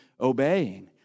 obeying